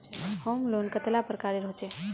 Home loan कतेला प्रकारेर होचे?